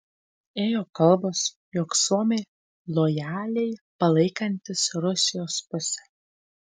ėjo kalbos jog suomiai lojaliai palaikantys rusijos pusę